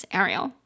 Ariel